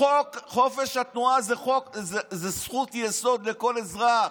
חוק חופש התנועה הוא זכות יסוד לכל אזרח,